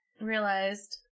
realized